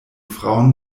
frauen